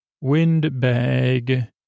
Windbag